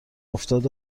افتاد